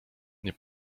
nie